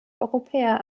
europäer